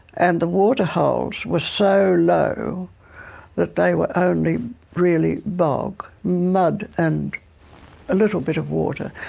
and the waterholes were so low that they were only really bog, mud and a little bit of water,